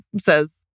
says